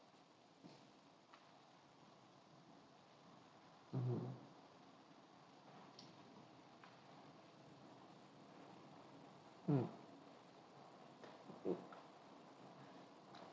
mmhmm mm mm